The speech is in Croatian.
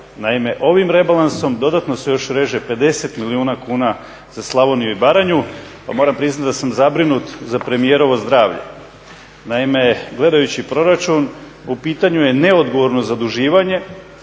Naime, ovim rebalansom dodatno se još reže 50 milijuna kuna za Slavoniju i Baranju pa moram priznati da sam zabrinut za premijerovo zdravlje. Naime, gledajući proračun u pitanju je neodgovorno zaduživanje,